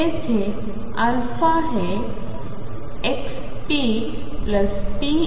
आहे जेथे a हे ⟨xppx⟩2 ⟨x⟩⟨p⟩